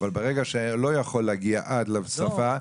אבל ברגע שלא יכול להגיע עד לשפה,